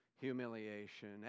humiliation